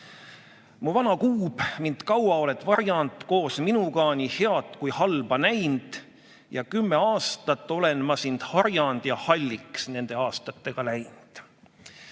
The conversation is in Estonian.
vana kuub mind kaua oled varjand, koos minuga nii head kui halba näind. Ja kümme aastat olen ma sind harjandja halliks nende aastatega läind."Võib